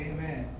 Amen